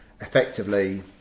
effectively